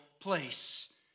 place